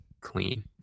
clean